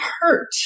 hurt